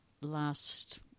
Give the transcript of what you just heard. last